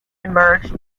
emerged